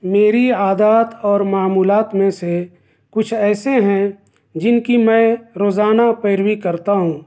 میری عادات اور معمولات میں سے کچھ ایسے ہیں جن کی میں روزانہ پیروی کرتا ہوں